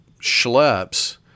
schleps